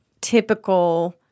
typical